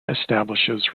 establishes